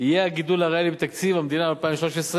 יהיה הגידול הריאלי בתקציב המדינה ב-2013,